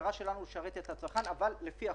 המטרה שלנו היא לשרת את הצרכן, אבל לפי החוק.